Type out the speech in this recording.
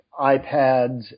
iPads